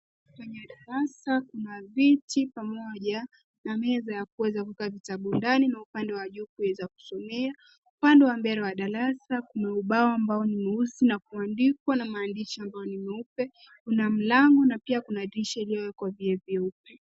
Kwenye darasa kuna viti pamoja na meza wa kuweza kuweka vitabu ndani na upande wa juu kuweza kusomea. Upande wa mbele wa darasa kuna ubao nyeusi na kuandikwa na maandishi ambayo ni meupe . Kuna mlango na pia kuna dirisha iliyowekwa vioo vyeupe.